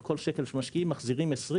על כל שקל שמשקיעים מחזירים 20,